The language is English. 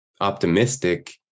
optimistic